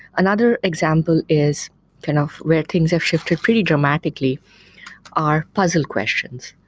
another example is kind of where things have shifted pretty dramatically are puzzle questions,